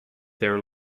their